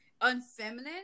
unfeminine